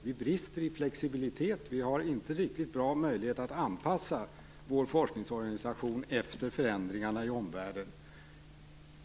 Vi brister i flexibilitet och har inte riktigt bra möjligheter att anpassa vår forskningsorganisation efter förändringar i omvärlden.